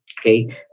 Okay